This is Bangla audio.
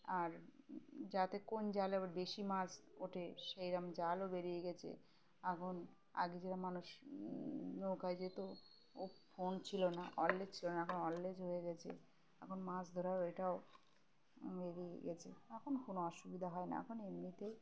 আর যাতে কোন জালে আবার বেশি মাছ ওঠে সেই রকম জালও বেরিয়ে গেছে এখন আগে যেরকম মানুষ নৌকায় যেত ও ফোন ছিল না অলেজ ছিল না এখন অললেজ হয়ে গেছে এখন মাছ ধরার ওইটাও বেরিয়ে গেছে এখন কোনো অসুবিধা হয় না এখন এমনিতেই